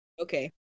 okay